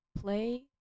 Play